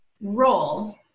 role